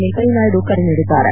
ವೆಂಕಯ್ಲನಾಯ್ಡು ಕರೆ ನೀಡಿದ್ದಾರೆ